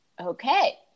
Okay